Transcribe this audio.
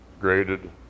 graded